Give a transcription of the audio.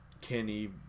kenny